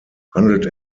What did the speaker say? handelt